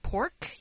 pork